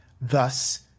thus